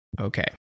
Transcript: Okay